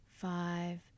five